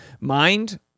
mind